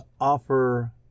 offer